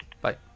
Bye